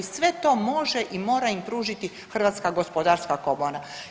I sve to može i mora im pružiti Hrvatska gospodarska komora.